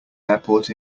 airport